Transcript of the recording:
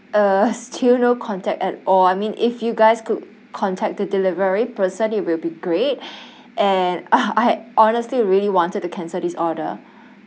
uh still no contact at all I mean if you guys could contact the delivery person it will be great and ah I honestly really wanted to cancel this order